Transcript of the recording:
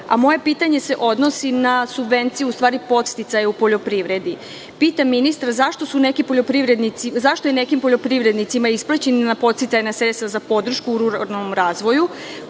moje pitanje se odnosi na subvenciju, u stvari podsticaju poljoprivredi. Pitam ministra – zašto se nekim poljoprivrednicima isplaćena podsticajna sredstva za podršku u ruralnom razvoju